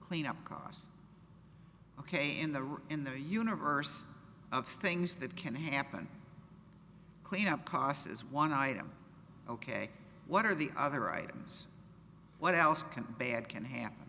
clean up costs ok in the in the universe of things that can happen cleanup cost is one item ok what are the other items what else can bad can